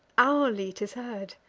hourly t is heard,